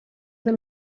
del